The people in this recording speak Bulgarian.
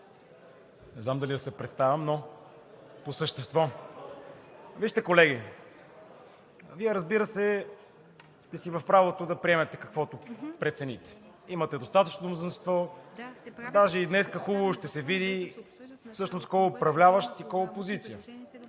Не знам дали да се представям, но… по същество. Вижте колеги, Вие, разбира се, сте си в правото да приемете, каквото прецените. Имате достатъчно мнозинство, даже и днес хубаво ще се види всъщност кой е управляващ и кой е опозиция.